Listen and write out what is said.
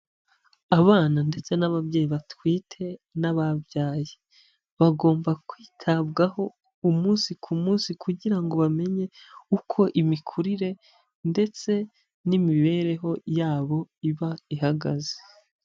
Abana ndetse n'ababyeyi batwite n'ababyaye bagomba kwitabwaho umunsi ku munsi kugira ngo bamenye uko imikurire ndetse n'imibereho yabo iba ihagaze.